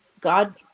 god